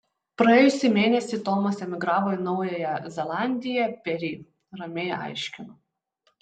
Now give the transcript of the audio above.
praėjusį mėnesį tomas emigravo į naująją zelandiją peri ramiai aiškinu